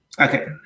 Okay